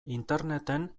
interneten